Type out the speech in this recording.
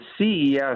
CES